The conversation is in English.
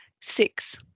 Six